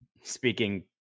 speaking